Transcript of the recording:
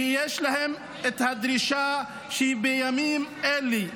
ויש להם דרישה שבימים אלה,